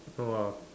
no ah